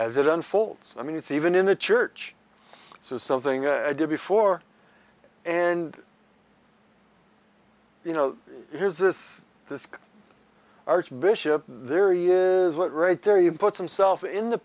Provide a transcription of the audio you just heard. as it unfolds i mean it's even in the church this is something i did before and you know here's this this archbishop there is that right there you put himself in the